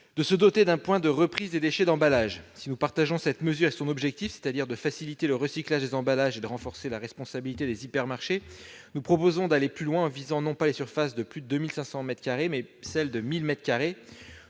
de se doter d'un point de reprise des déchets d'emballage. Si nous souscrivons à cette mesure et à son objectif, à savoir faciliter le recyclage des emballages et renforcer la responsabilité des hypermarchés, nous proposons d'aller plus loin, en visant non pas les surfaces de plus de 2 500 mètres carrés, mais celles de 1 000